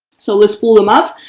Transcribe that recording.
so let's pull them up.